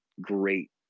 great